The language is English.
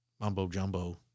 mumbo-jumbo